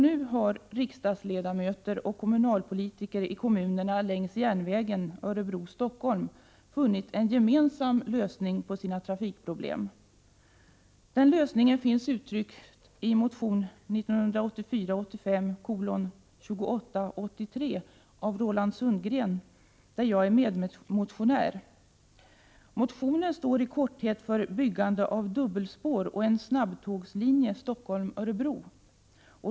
Nu har riksdagsledamöter och kommunalpolitiker i kommunerna längs järnvägen Örebro-Stockholm funnit en gemensam lösning på sina trafikproblem. Den lösningen finns uttryckt i motion 1984/85:2883 av Roland Sundgren, där jag är medmotionär. Motionen står i korthet för byggande av dubbelspår och en snabbtågslinje Stockholm-Örebro.